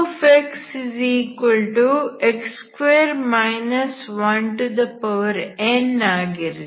uxx2 1n ಆಗಿರಲಿ